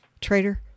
traitor